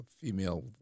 female